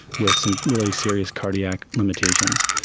with some really serious cardiac limitations.